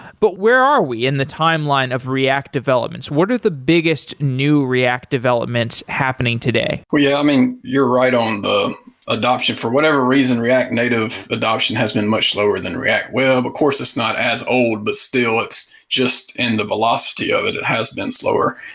but where are we in the timeline of react developments? what are the biggest new react developments happening today? well yeah, i mean, you're right on the adoption. for whatever reason, react native adoption has been much slower than react. well of course, it's not as old, but still it's just in the velocity of it. it has been slower.